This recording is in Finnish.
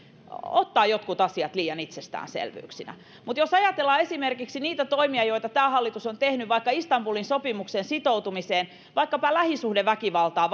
ottaa jotkut asiat liian itsestäänselvyyksinä mutta jos ajatellaan esimerkiksi niitä toimia joita tämä hallitus on tehnyt liittyen vaikka istanbulin sopimukseen sitoutumiseen vaikkapa lähisuhdeväkivaltaa